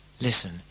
Listen